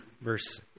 verse